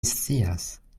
scias